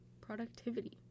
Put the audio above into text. productivity